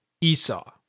Esau